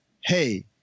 Hey